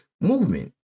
movement